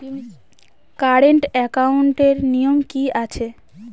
Current একাউন্টের নিয়ম কী আছে?